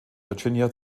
virginia